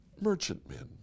merchantmen